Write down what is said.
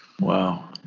Wow